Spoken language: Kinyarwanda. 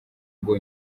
ngo